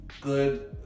good